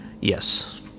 Yes